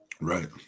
Right